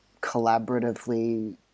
collaboratively